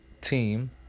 team